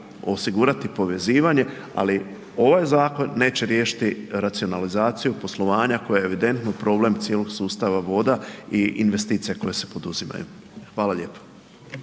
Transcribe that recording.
osigurati povezivanje ali ovaj zakon neće riješiti racionalizaciju poslovanja koja je evidentno problem cijelog sustava voda i investicija koje se poduzimaju. Hvala lijepa.